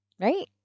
right